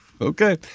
Okay